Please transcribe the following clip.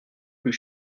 plus